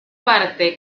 parte